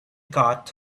got